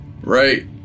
Right